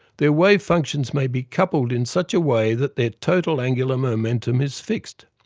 their wave functions may be coupled in such a way that their total angular momentum is fixed.